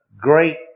great